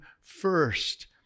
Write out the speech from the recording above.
first